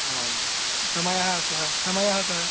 आमामां समयः कः समयः कः